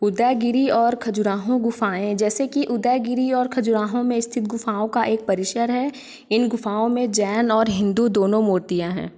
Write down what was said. उदयगिरि और खजुराहो गुफाएं जैसे कि उदयगिरि खजुराहो में स्थित गुफाओं का एक परिसर है इन गुफाओं मे जैन और हिंदू दोनों मूर्तियाँ हैं